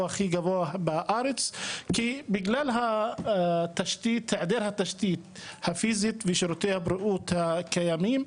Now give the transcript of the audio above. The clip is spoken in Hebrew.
הכי גבוהה בארץ זה בגלל היעדר התשתית הפיזית ושירותי הבריאות הקיימים,